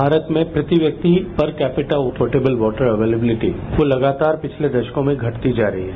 भारत में प्रत्येक व्यक्ति पर कैपिटाउ पोर्टबल वॉटर एवैलविलिटी को लगातार पिछले दशकों में घटती जा रही है